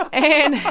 and.